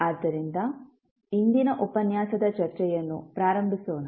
ಆದ್ದರಿಂದ ಇಂದಿನ ಉಪನ್ಯಾಸದ ಚರ್ಚೆಯನ್ನು ಪ್ರಾರಂಭಿಸೋಣ